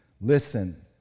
listen